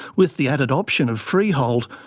with the added option of freehold,